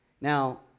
Now